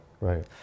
right